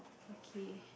okay